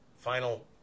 Final